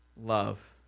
love